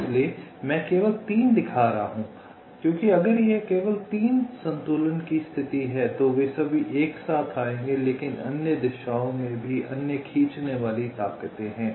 इसलिए मैं केवल 3 दिखा रहा हूं क्योंकि अगर यह केवल 3 संतुलन की स्थिति है तो वे सभी एक साथ आएंगे लेकिन अन्य दिशाओं में भी अन्य खींचने वाली ताकतें हैं